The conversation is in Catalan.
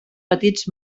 petits